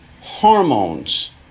hormones